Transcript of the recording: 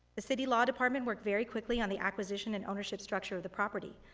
the city law department worked very quickly on the acquisition and ownership structure of the property.